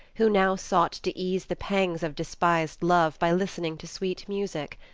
who now sought to ease the pangs of despised love by listening to sweet music,